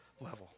level